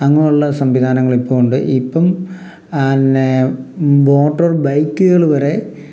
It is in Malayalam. അങ്ങനെയുള്ള സംവിധാനങ്ങൾ ഇപ്പോൾ ഉണ്ട് ഇപ്പം പിന്നെ മോട്ടോർ ബൈക്കുകൾ വരെ